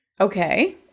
okay